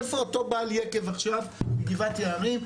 איפה אותו בעל יקב עכשיו מגבעת יערים,